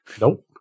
Nope